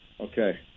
Okay